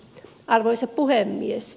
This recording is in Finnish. arvoisa puhemies